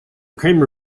kramer